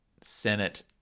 Senate